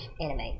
anime